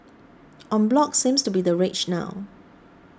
en bloc seems to be the rage now